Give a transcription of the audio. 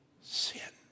sin